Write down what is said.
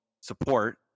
support